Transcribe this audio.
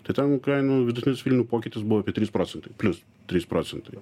tai ten kainų vidutinis pokytis buvo apie trys procentai plius trys procentai